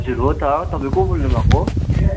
हजुर हो त तपाईँ को बोल्नु भएको